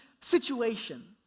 situation